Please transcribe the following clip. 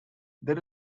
there